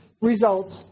results